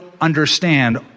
understand